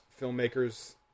filmmakers